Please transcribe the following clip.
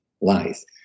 lies